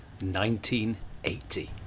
1980